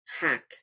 hack